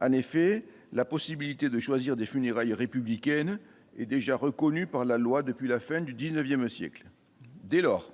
en effet la possibilité de choisir des funérailles républicaine est déjà reconnu par la loi depuis la fin du 19ème siècle, dès lors,